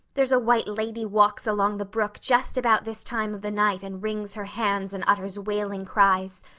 there's a white lady walks along the brook just about this time of the night and wrings her hands and utters wailing cries.